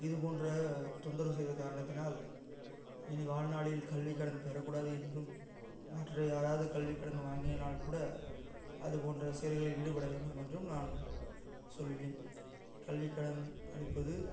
இது போன்ற தொந்தரவு செய்த காரணத்தினால் இனி வாழ்நாளில் கல்விக் கடன் பெறக்கூடாது என்றும் மற்ற யாராவது கல்விக் கடன் வாங்கினால் கூட அது போன்ற செயல்களில் ஈடுபட வேணாம் என்றும் நான் சொல்லுவேன் கல்விக்கடன் அளிப்பது